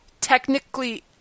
technically